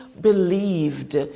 believed